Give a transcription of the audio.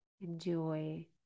enjoy